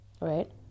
right